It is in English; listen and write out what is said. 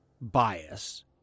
bias